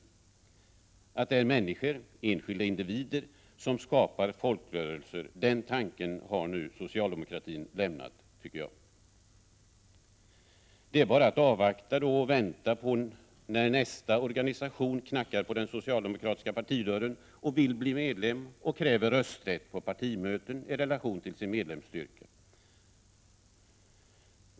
Tanken att det är människor, enskilda individer, som skapar folkrörelser har nu socialdemokratin lämnat. Det är bara att avvakta och vänta på när nästa organisation knackar på den socialdemokratiska partidörren, vill bli medlem och kräver rösträtt på partimöten i relation till sin medlemsstyrka.